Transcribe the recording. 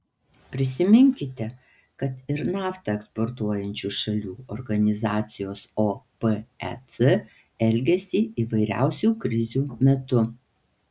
prisiminkite kad ir naftą eksportuojančių šalių organizacijos opec elgesį įvairiausių krizių metu